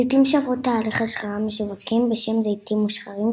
זיתים שעברו תהליך השחרה משווקים בשם "זיתים מושחרים"